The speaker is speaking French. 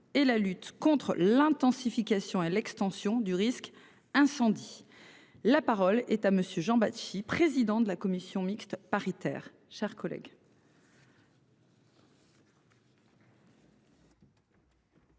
et la lutte contre l'intensification et l'extension du risque incendie. La parole est à monsieur Jean Bachy, président de la commission mixte paritaire,